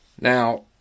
Now